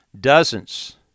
dozens